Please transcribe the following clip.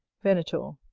venator.